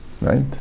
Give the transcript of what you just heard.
right